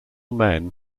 men